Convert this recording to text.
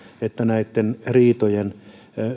että näitten riitojen